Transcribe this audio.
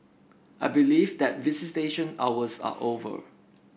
I believe that visitation hours are over